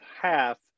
half